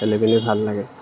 খেলি পেলি ভাল লাগে